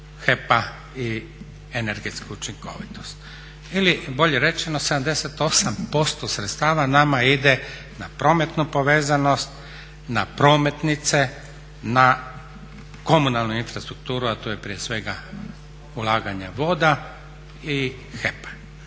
HEP-a i energetsku učinkovitost ili bolje rečeno 78% sredstava nama ide na prometnu povezanost, na prometnice, na komunalnu infrastrukturu a to je prije svega ulaganje voda i HEP-a.